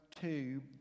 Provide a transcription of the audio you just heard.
tube